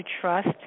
trust